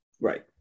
Right